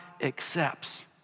accepts